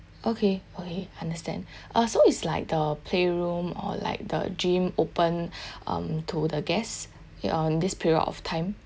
okay okay understand uh so it's like the playroom or like the gym open um to the guests it on this period of time